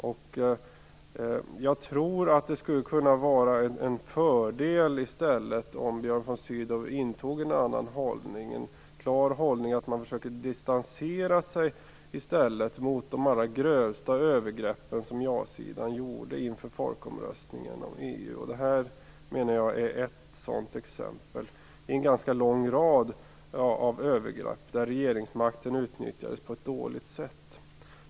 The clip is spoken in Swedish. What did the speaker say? Jag tror att det i stället skulle kunna vara en fördel om Björn von Sydow intog en annan hållning. Han borde i stället försöka distansera sig från de allra grövsta övergreppen som ja-sidan gjorde inför folkomröstningen om EU. Jag menar att detta är ett exempel i en ganska lång rad av övergrepp där regeringsmakten utnyttjades på ett dåligt sätt.